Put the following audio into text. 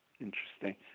Interesting